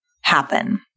happen